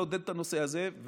הצלחנו לעודד את הנושא הזה,